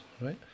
right